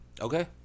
Okay